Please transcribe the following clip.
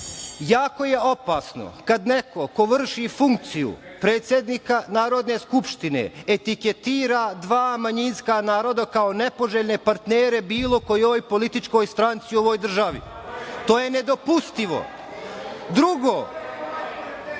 je opasno kad neko ko vrši funkciju predsednika Narodne skupštine etiketira dva manjinska naroda kao nepoželjne partnere bilo kojoj političkoj stranci u ovoj državi. To je nedopustivo. Drugo